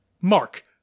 Mark